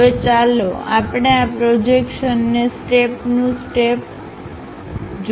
હવે ચાલો આપણે આ પ્રોજેક્શનને સ્ટેપ તું સ્ટેપ જોઈએ